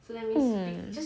that's a